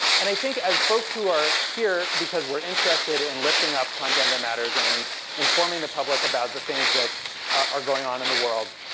and i think that as folks who are here, because we're interested in lifting up content that matters, and in informing the public about the things that are going on in the world,